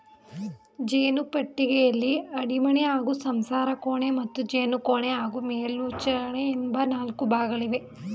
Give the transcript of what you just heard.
ಜೇನು ಪೆಟ್ಟಿಗೆಯಲ್ಲಿ ಅಡಿಮಣೆ ಹಾಗೂ ಸಂಸಾರಕೋಣೆ ಮತ್ತು ಜೇನುಕೋಣೆ ಹಾಗೂ ಮೇಲ್ಮುಚ್ಚಳ ಎಂಬ ನಾಲ್ಕು ಭಾಗಗಳಿವೆ